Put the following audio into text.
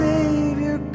Savior